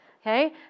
Okay